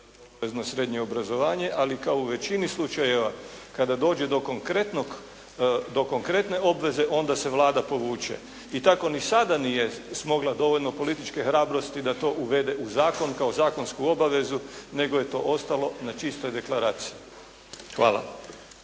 srednje obrazovanje ali kao u većini slučajeva kada dođe do konkretnog, do konkretne obveze onda se Vlada povuče. I tako ni sada nije smogla dovoljno političke hrabrosti da to uvede u zakon kao zakonsku obavezu nego je to ostalo na čistoj deklaraciji. Hvala.